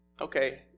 Okay